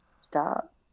stop